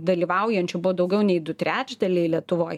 dalyvaujančių buvo daugiau nei du trečdaliai lietuvoj